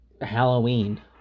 Halloween